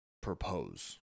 propose